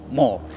more